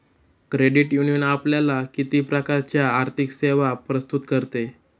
Credit union आपल्याला किती प्रकारच्या आर्थिक सेवा प्रस्तुत करते?